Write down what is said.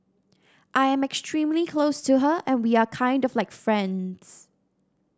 I am extremely close to her and we are kind of like friends